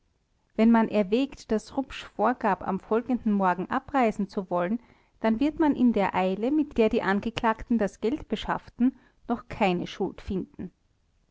wenn man erwägt daß rupsch vorgab am folgenden morgen abreisen zu wollen dann wird man in der eile mit der die angeklagten das geld beschafften noch keine schuld finden